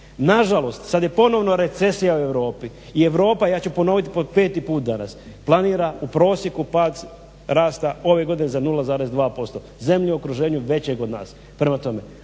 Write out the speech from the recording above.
Nažalost, sad je ponovno recesija u Europi i Europa, ja ću ponoviti po peti put danas planira u prosjeku pad rasta ove godine za 0,2% zemlji u okruženju većih od nas.